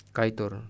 Kaitor